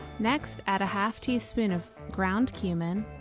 next add a half teaspoon of ground cumin.